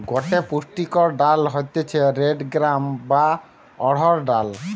গটে পুষ্টিকর ডাল হতিছে রেড গ্রাম বা অড়হর ডাল